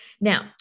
Now